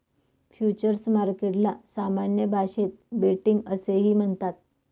futures मार्केटला सामान्य भाषेत बेटिंग असेही म्हणतात